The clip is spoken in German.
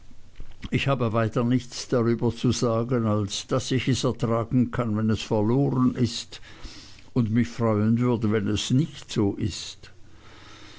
ich habe weiter nichts darüber zu sagen als daß ich es ertragen kann wenn es verloren ist und mich freuen würde wenn es nicht so ist